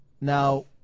Now